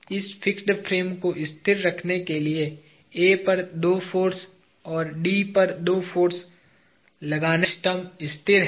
इस fix frame को स्थिर रखने के लिए A पर दो फाॅर्स और D पर दो फाॅर्स लगाने पड़ते हैं यह सिस्टम स्थिर है